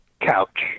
couch